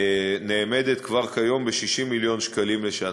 נאמדת כבר כיום ב-60 מיליון שקלים לשנה.